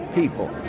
people